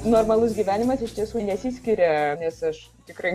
normalus gyvenimas iš tiesų nesiskiria nes aš tikrai